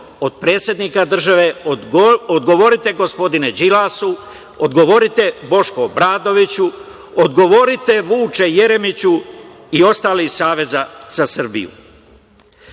od predsednika države? Odgovorite gospodine Đilasu, odgovorite Boško Obradoviću, odgovorite Vuče Jeremiću i ostali iz saveza za Srbiju?I,